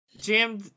Jam